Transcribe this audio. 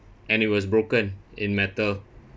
and it was broken in metal